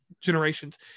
generations